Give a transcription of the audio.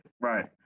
right